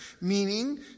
meaning